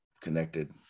connected